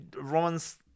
Romans